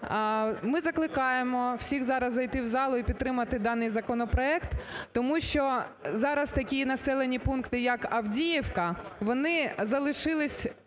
Ми закликаємо всіх зараз зайти в залу і підтримати даний законопроект. Тому що зараз такі населені пункти як Авдіївка, вони залишились